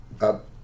up